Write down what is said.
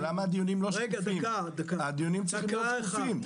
אבל הדיונים צריכים להיות שקופים.